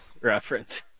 reference